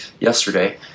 yesterday